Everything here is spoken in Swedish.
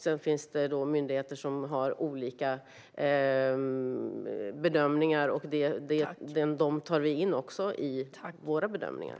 Det finns myndigheter som har olika bedömningar, och vi tar in dessa i våra bedömningar.